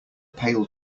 pail